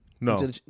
No